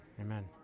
amen